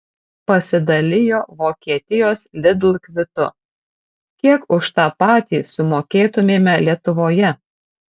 pasidalijo vokietijos lidl kvitu kiek už tą patį sumokėtumėme lietuvoje